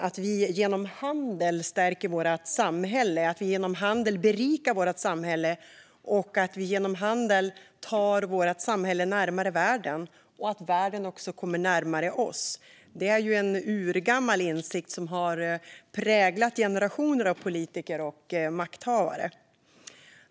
Att vi genom handel stärker vårt samhälle, att vi genom handel berikar vårt samhälle och att vi genom handel tar vårt samhälle närmare världen och världen kommer närmare oss är en urgammal insikt som har präglat generationer av politiker och makthavare.